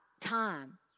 time